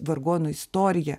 vargonų istorija